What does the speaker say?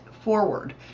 forward